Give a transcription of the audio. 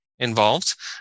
Involved